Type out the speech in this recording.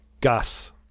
Gus